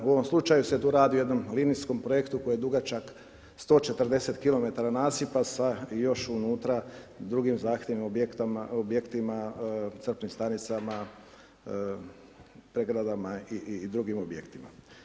U ovom slučaju se tu radi o jednom linijskom projektu koji je dugačak 140 km nasipa sa još unutra drugim zahtjevima objektima, crpnim stanicama, pregradama i drugim objektima.